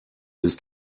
bis